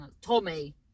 Tommy